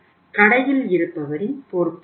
கடையில் இருப்பவரின் பொறுப்பு அல்ல